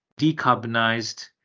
decarbonized